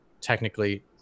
Technically